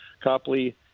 Copley